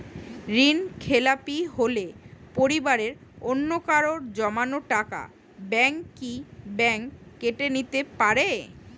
ঋণখেলাপি হলে পরিবারের অন্যকারো জমা টাকা ব্যাঙ্ক কি ব্যাঙ্ক কেটে নিতে পারে?